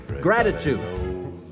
Gratitude